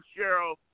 Cheryl